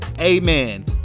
amen